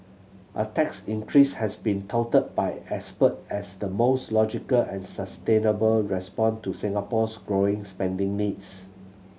a tax increase has been touted by expert as the most logical and sustainable response to Singapore's growing spending needs